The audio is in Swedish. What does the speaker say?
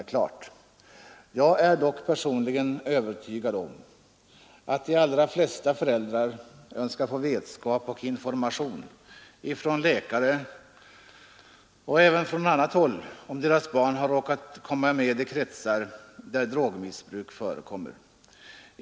Men jag är personligen övertygad om att de allra flesta föräldrar önskar få information av läkare — och även från annat håll — om deras barn har råkat komma med i kretsar där drogmissbruk förekommer.